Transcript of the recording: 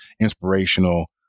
inspirational